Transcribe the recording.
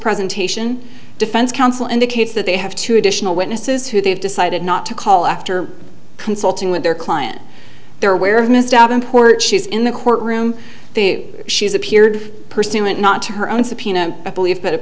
presentation defense counsel indicates that they have two additional witnesses who they've decided not to call after consulting with their client their aware of missed out important she's in the courtroom she's appeared pursuant not to her own subpoena i believe